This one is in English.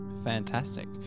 Fantastic